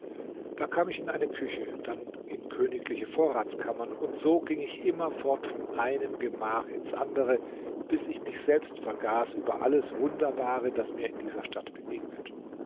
da kam ich in eine küche dann in königliche vorratskammern und so ging ich immerfort von einem gemach ins andere bis ich mich selbst vergaß über alles wunderbare das mir in dieser stadt begegnet